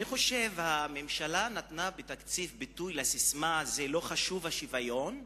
אני חושב שהממשלה נתנה בתקציב ביטוי לססמה: לא חשוב השוויון,